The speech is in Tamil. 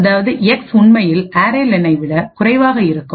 அதாவது எக்ஸ் உண்மையில் அரே லெனைarray lenவிட குறைவாகஇருக்கும்